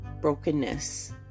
brokenness